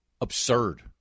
absurd